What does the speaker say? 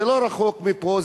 זה לא רחוק מפה,